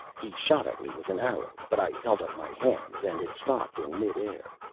he shot at me with an arrow, but i held up my hands and it stopped in mid-air.